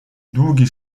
długi